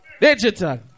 Digital